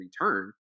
return